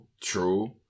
True